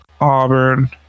Auburn